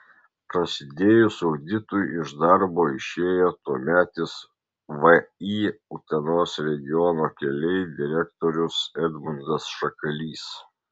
prasidėjus auditui iš darbo išėjo tuometis vį utenos regiono keliai direktorius edmundas šakalys